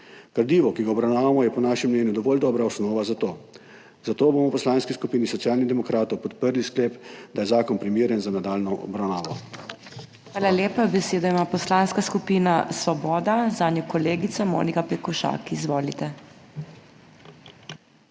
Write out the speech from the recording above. Gradivo, ki ga obravnavamo, je po našem mnenju dovolj dobra osnova za to, zato bomo v Poslanski skupini Socialnih demokratov podprli sklep, da je zakon primeren za nadaljnjo obravnavo. PODPREDSEDNICA MAG. MEIRA HOT: Hvala lepa. Besedo ima Poslanska skupina Svoboda, zanjo kolegica Monika Pekošak. Izvolite.